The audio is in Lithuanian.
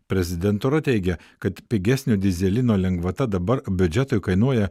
prezidentūra teigia kad pigesnio dyzelino lengvata dabar biudžetui kainuoja